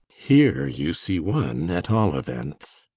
here you see one at all events.